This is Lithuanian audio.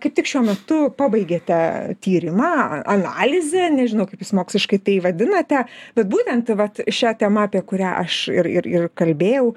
kaip tik šiuo metu pabaigėte tyrimą analizę nežinau kaip jūs moksliškai tai vadinate bet būtent vat šia tema apie kurią aš ir ir ir kalbėjau